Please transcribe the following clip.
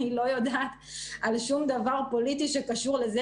אני לא יודעת על שום דבר פוליטי שקשור לזה